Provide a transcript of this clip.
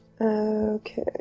Okay